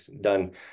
done